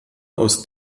aus